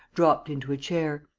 dropped into a chair